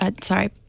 sorry